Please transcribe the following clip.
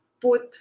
put